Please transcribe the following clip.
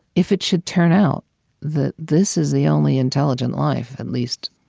if it should turn out that this is the only intelligent life at least,